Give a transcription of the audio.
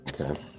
Okay